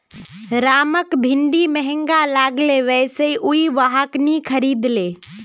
रामक भिंडी महंगा लागले वै स उइ वहाक नी खरीदले